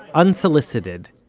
unsolicited,